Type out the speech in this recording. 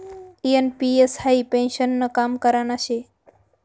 NPS हाई पेन्शननं काम करान शे